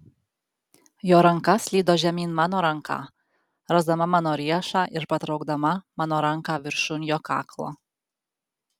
jo ranka slydo žemyn mano ranką rasdama mano riešą ir patraukdama mano ranką viršun jo kaklo